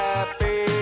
Happy